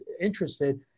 interested